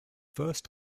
first